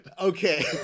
Okay